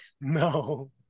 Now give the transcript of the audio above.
No